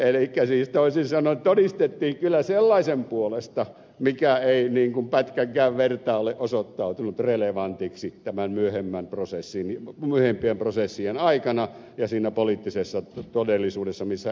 elikkä siis toisin sanoen todistettiin kyllä sellaisen puolesta mikä ei niin kuin pätkänkään vertaa ole osoittautunut relevantiksi myöhempien prosessien aikana ja siinä poliittisessa todellisuudessa missä eletään